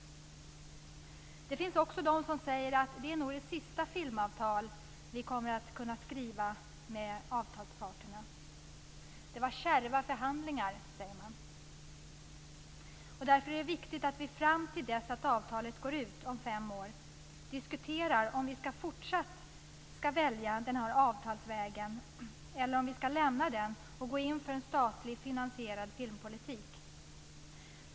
Det finns också de som säger att det nog är det sista filmavtal vi kommer att kunna skriva med avtalsparterna. Det var kärva förhandlingar, säger man. Därför är det viktigt att vi fram till dess att avtalet går ut om fem år diskuterar om vi fortsatt ska välja avtalsvägen eller om vi ska lämna den och gå in för en statligt finansierad filmpolitik.